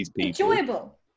enjoyable